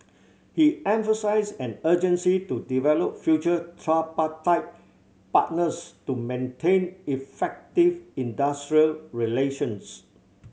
he emphasised an urgency to develop future tripartite partners to maintain effective industrial relations